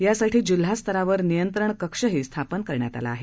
यासाठी जिल्हा स्तरावर नियंत्रण कक्ष स्थापन करण्यात आला आहे